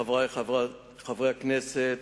חברי חברי הכנסת,